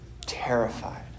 terrified